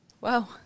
Wow